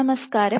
നമസ്കാരം